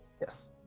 Yes